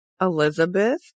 Elizabeth